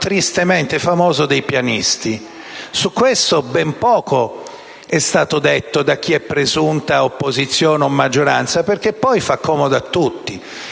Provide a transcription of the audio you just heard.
tristemente famoso dei pianisti. Su questo ben poco è stato detto da chi è presunta opposizione o maggioranza, perché poi fa comodo a tutti.